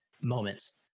moments